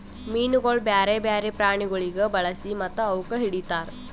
ಮೀನುಗೊಳ್ ಬ್ಯಾರೆ ಬ್ಯಾರೆ ಪ್ರಾಣಿಗೊಳಿಗ್ ಬಳಸಿ ಮತ್ತ ಅವುಕ್ ಹಿಡಿತಾರ್